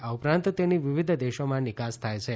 આ ઉપરાંત તેની વિવિધ દેશોમાં નિકાસ થાય છે